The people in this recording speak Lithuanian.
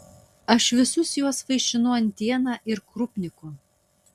aš visus juos vaišinu antiena ir krupniku